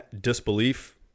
disbelief